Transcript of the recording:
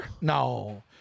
No